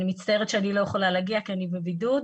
אני מצטערת שאני לא יכולה להגיע כי אני בבידוד,